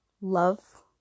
love